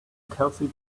kelsey